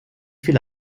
viele